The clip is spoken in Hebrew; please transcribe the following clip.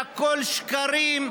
כשהכול שקרים,